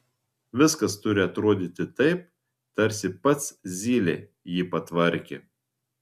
viskas turi atrodyti taip tarsi pats zylė jį patvarkė